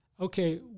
okay